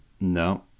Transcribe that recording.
no